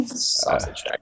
Sausage